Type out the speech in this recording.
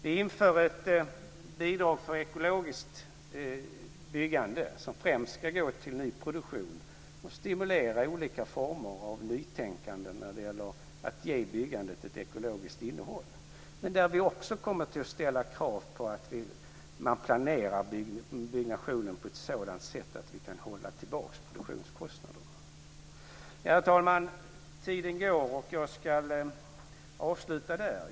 Vi inför ett bidrag för ekologiskt byggande som främst ska gå till nyproduktion och stimulera olika former av nytänkande när det gäller att ge byggandet ett ekologiskt innehåll. Men där kommer vi också att ställa krav på att man planerar byggnationen på ett sådant sätt att vi kan hålla tillbaka produktionskostnaderna. Herr talman! Tiden går, och jag ska sluta.